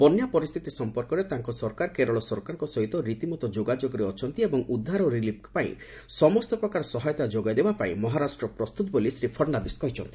ବନ୍ୟା ପରିସ୍ଥିତି ସମ୍ପର୍କରେ ତାଙ୍କ ସରକାର କେରଳ ସରକାରଙ୍କ ସହିତ ରୀତିମତ ଯୋଗାଯୋଗରେ ଅଛନ୍ତି ଏବଂ ଉଦ୍ଧାର ଓ ରିଲିଫ୍ ଲାଗି ସମସ୍ତ ପ୍ରକାର ସହାୟତା ଯୋଗାଇ ଦେବାପାଇଁ ମହାରାଷ୍ଟ୍ର ପ୍ରସ୍ତୁତ ବୋଲି ଶ୍ରୀ ଫଡ଼୍ନାବିସ୍ କହିଚ୍ଛନ୍ତି